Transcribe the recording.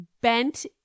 bent